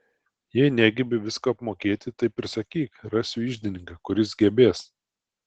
jei negebi visko apmokėti taip ir sakyk rasiu iždininką kuris gebės